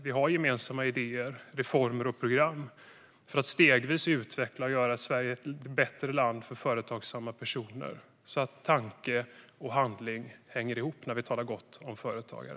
Vi har gemensamma idéer, reformer och program för att stegvis utveckla Sverige och göra det till ett bättre land för företagsamma personer, så att tanke och handling hänger ihop när vi talar gott om företagare.